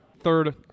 third